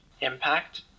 impact